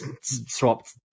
swapped